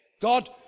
God